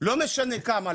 לא משנה כמה,